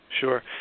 Sure